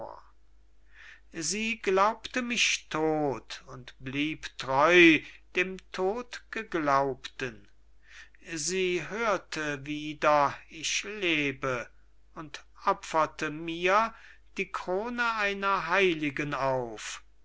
sie glaubte mich todt und blieb treu dem todtgeglaubten sie hörte wieder ich lebe und opferte mir die krone einer heiligen auf